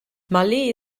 malé